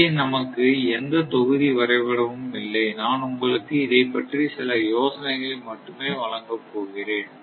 இங்கே நமக்கு எந்த தொகுதி வரைபடமும் இல்லை நான் உங்களுக்கு இதைப் பற்றிய சில யோசனைகளை மட்டுமே வழங்கப் போகிறேன்